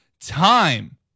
time